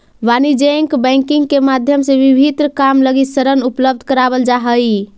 वाणिज्यिक बैंकिंग के माध्यम से विभिन्न काम लगी ऋण उपलब्ध करावल जा हइ